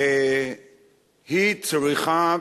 והיא צריכה